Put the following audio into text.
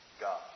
God